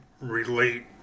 relate